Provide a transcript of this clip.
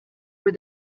were